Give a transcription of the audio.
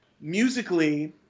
musically